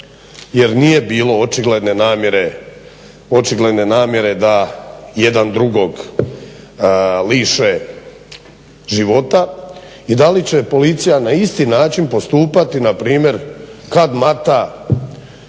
jer nije bilo očigledne namjere da jedan drugog liše života, i da li će Policija na isti način postupati npr. kad Mata